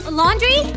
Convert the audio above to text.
laundry